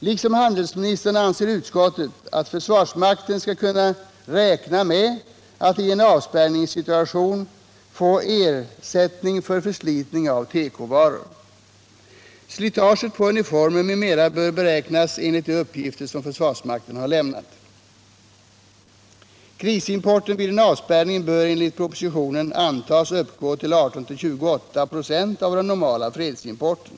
Liksom handelsministern anser utskottet att försvarsmakten skall kunna räkna med att i en avspärrningssituation få ersättning för förslitningen av tekovaror. Slitaget på uniformer m.m. bör beräknas enligt de uppgifter. Nr 49 som försvarsmakten har lämnat. Tisdagen den Krisimporten vid en avspärrning bör enligt propositionen antas uppgå 13 december 1977 till 18-28 26 av den normala fredsimporten.